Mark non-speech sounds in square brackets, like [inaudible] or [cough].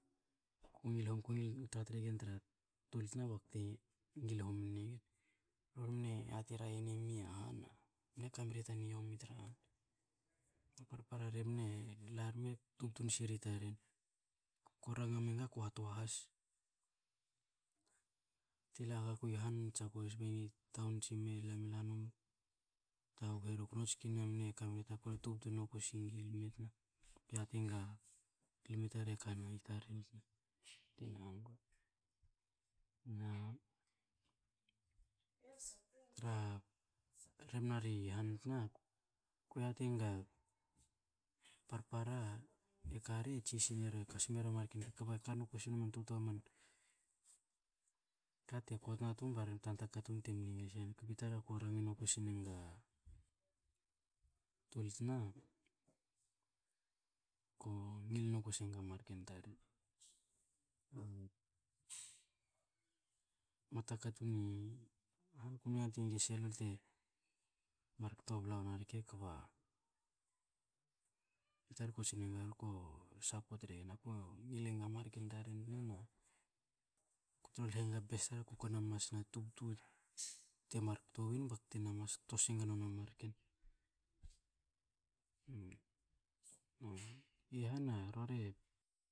Ko ngil ko ngil tra tra gen tra a tol na tol tna bakte ngil homin ne gen. Rori mne yati era enemi aha mne kameri ta niomi tra han, a parpara rebna ela rme tubtun sini taren. Ko ranga menga ko toa has, te laga kui han tsa kue sbe ngi taun tsi me, lam e la num taghu reku. Noa tskin mne ka meri ta ka, ku na tubtu noku singi lme tna, ku e yati nga lme tar i kani taren tna. Na tra rebna ri han tna, ke yatinga parpara i kari tsi sinera kasme ra marken rke kbe ka nokus mna totoa man ka te kotna tum bare tanta katun te mne ngil se nen. I tar ko rangin noku sinega tol tna, ko ngil noku senga marken taren. [hesitation] mua ta katun ni han ku mne yatenge se lol te markto bla wnarke kba i tar ko tsinenga ko sapot regen. A ku ngil enga marken teran tna, na ko trolha ga best tar ku kona mas tubtu te mar kto win bakte na mas kto senga nona marken. [hesitation] i han a rori